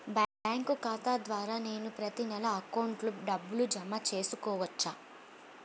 Bank ఖాతా ద్వారా నేను ప్రతి నెల అకౌంట్లో డబ్బులు జమ చేసుకోవచ్చా?